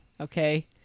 Okay